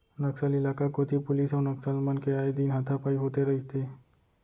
नक्सल इलाका कोती पुलिस अउ नक्सल मन के आए दिन हाथापाई होथे रहिथे